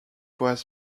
was